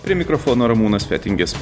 prie mikrofono ramūnas fetingis